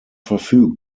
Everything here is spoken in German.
verfügt